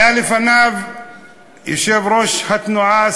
הייתה לפניו יושבת-ראש התנועה,